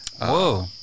Whoa